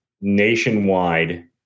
nationwide